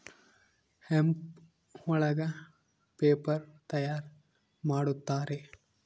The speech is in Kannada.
ಹೆಂಪ್ ಒಳಗ ಪೇಪರ್ ತಯಾರ್ ಮಾಡುತ್ತಾರೆ